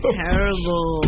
terrible